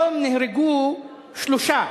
היום נהרגו שלושה: